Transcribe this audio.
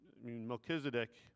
Melchizedek